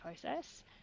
process